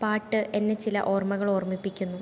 പാട്ട് എന്നെ ചില ഓർമ്മകൾ ഓർമ്മിപ്പിക്കുന്നു